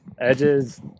Edge's